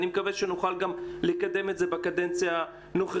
אני מקווה שנוכל גם לקדם את זה בקדנציה הנוכחית.